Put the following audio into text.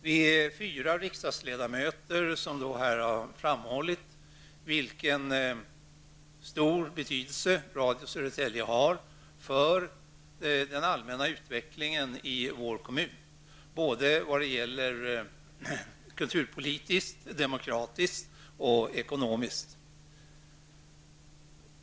Vi är fyra riksdagsledamöter som har framhållit Radio Södertäljes stora betydelse för den allmänna utvecklingen i vår kommun både kulturpolitiskt, demokratiskt och ekonomiskt.